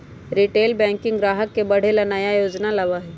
retail banking ग्राहक के बढ़े ला नया योजना लावा हई